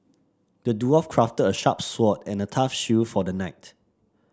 the dwarf crafted a sharp sword and a tough shield for the knight